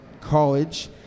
College